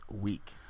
week